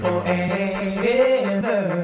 Forever